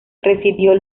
residió